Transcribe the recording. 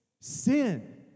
sin